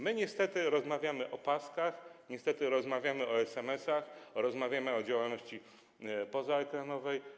My niestety rozmawiamy o paskach, niestety rozmawiamy o SMS-ach, rozmawiamy o działalności pozaekranowej.